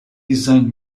designed